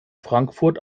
frankfurt